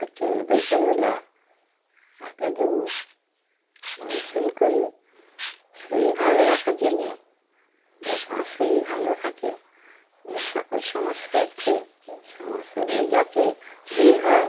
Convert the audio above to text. হচ্ছে বিকালবেলা একা দৌড় অনুশীলন করি শরীর ভালো রাখার জন্যে যাতে আমার শরীর ভালো থাকে যে সকল সমস্যা হচ্ছে এই সমস্যাগুলো যাতে দূর হয়